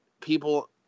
people